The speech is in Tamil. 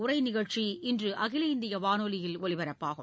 உரை நிகழ்ச்சி இன்று அகில இந்திய வானொலியில் ஒலிப்பரப்பாகிறது